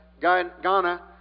Ghana